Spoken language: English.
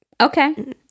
Okay